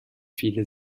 viele